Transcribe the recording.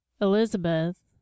Elizabeth